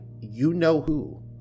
you-know-who